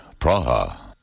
Praha